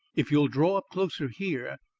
if you will draw up closer here!